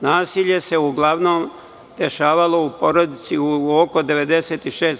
Nasilje se uglavnom dešavalo u porodici oko 96%